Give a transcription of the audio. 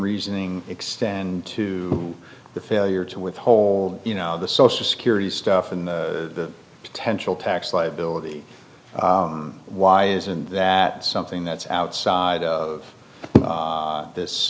reasoning extend to the failure to withhold you know the social security stuff in the potential tax liability why isn't that something that's outside of this